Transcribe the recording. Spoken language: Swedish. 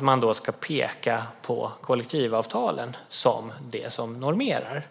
man inte ska peka på kollektivavtalen som det som normerar.